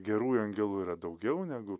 gerųjų angelų yra daugiau negu